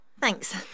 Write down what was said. Thanks